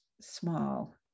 small